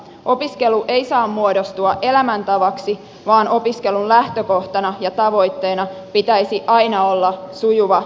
opiskelu ei saa muodostua elämäntavaksi vaan opiskelun lähtökohtana ja tavoitteena pitäisi aina olla sujuva siirtyminen työelämään